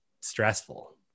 stressful